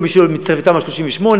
כל מי שלא מתמצא בתמ"א 38,